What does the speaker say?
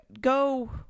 go